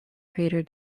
crater